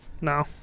No